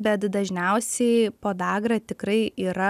bet dažniausiai podagra tikrai yra